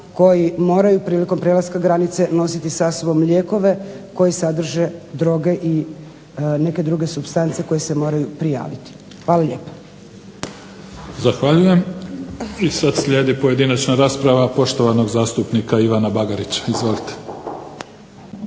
koji moraju prilikom prelaska granice nositi sa sobom lijekove koji sadrže droge i neke druge supstance koje se moraju prijaviti. Hvala lijepa. **Mimica, Neven (SDP)** Zahvaljujem. I sad slijedi pojedinačna rasprava poštovanog zastupnika Ivana Bagarića. Izvolite.